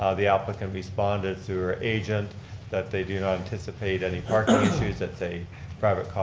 ah the applicant responded through her agent that they do not anticipate any parking issues. it's a private